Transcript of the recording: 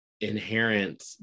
inherent